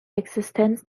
existenz